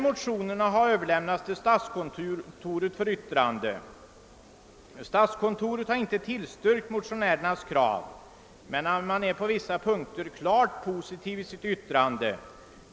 Motionerna har överlämnats till statskontoret för yttrande. Statskontoret har inte tillstyrkt motionärernas krav men är på vissa punkter klart positivt i sitt yttrande.